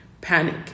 panic